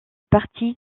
parti